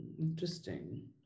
interesting